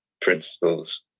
principles